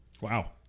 Wow